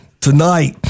tonight